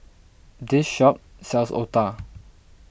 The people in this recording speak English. this shop sells Otah